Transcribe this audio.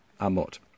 Amot